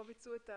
יש